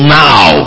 now